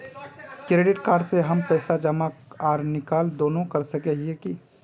Credit card से हम पैसा जमा आर निकाल दोनों कर सके हिये की?